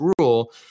rule